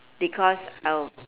because I will